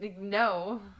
no